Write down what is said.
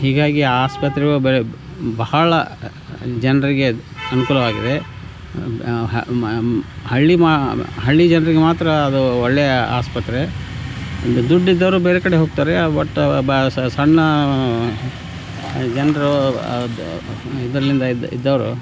ಹೀಗಾಗಿ ಆ ಆಸ್ಪತ್ರೆಗಳು ಬರಿ ಬಹಳ ಜನರಿಗೆ ಅನುಕೂಲವಾಗಿದೆ ಹಳ್ಳಿ ಮ ಹಳ್ಳಿ ಜನರಿಗೆ ಮಾತ್ರ ಅದು ಒಳ್ಳೆಯ ಆಸ್ಪತ್ರೆ ದುಡ್ಡು ಇದ್ದವರು ಬೇರೆ ಕಡೆ ಹೋಗ್ತಾರೆ ಬಟ್ ಬ ಸಣ್ಣ ಜನರು ಇದರಿಂದ ಇದ್ದವರು